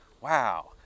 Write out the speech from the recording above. wow